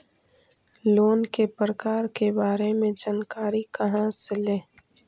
Loan के प्रकार के बारे मे जानकारी कहा से ले?